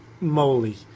moly